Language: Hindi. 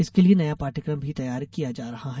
इसके लिये नया पाठ्यक्रम भी र्तयार किया जा रहा है